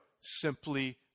simply